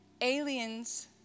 aliens